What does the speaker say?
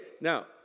now